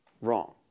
Wrong